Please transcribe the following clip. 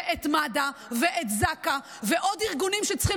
את מד"א ואת זק"א ועוד ארגונים שצריכים